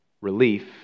relief